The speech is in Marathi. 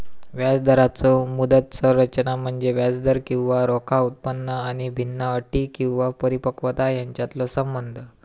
व्याजदराचो मुदत संरचना म्हणजे व्याजदर किंवा रोखा उत्पन्न आणि भिन्न अटी किंवा परिपक्वता यांच्यातलो संबंध